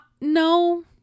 no